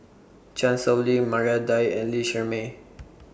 Chan Sow Lin Maria Dyer and Lee Shermay